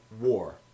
war